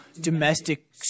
domestic